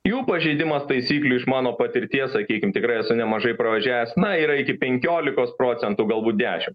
jų pažeidimas taisyklių iš mano patirties sakykim tikrai esu nemažai pravažiavęs na yra iki penkiolikos procentų galbūt dešimt